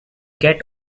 get